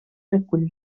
recull